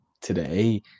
today